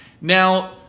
Now